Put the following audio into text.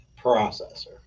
processor